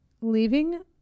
leaving